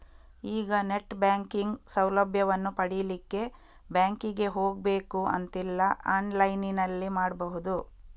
ಈಗ net banking ಸೌಲಭ್ಯವನ್ನು ಪಡೀಲಿಕ್ಕೆ ಬ್ಯಾಂಕಿಗೆ ಹೋಗ್ಬೇಕು ಅಂತಿಲ್ಲ ಆನ್ಲೈನಿನಲ್ಲಿ ಮಾಡ್ಬಹುದು